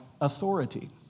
authority